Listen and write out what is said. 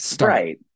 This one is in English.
Right